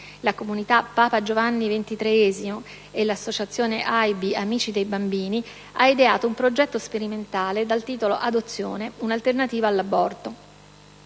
la comunità Papa Giovanni XXIII e l'associazione Ai.Bi.-Amici dei bambini, ha ideato un progetto sperimentale dal titolo: «Adozione: un'alternativa all'aborto».